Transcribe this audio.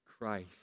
Christ